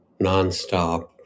nonstop